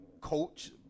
coach